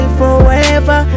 forever